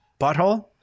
butthole